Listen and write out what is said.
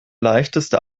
leichteste